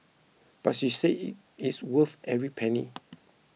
but she said it's worth every penny